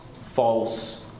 false